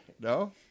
No